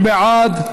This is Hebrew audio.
מי בעד?